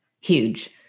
Huge